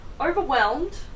Overwhelmed